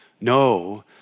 no